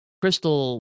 crystal